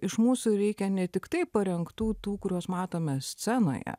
iš mūsų reikia ne tiktai parengtų tų kuriuos matome scenoje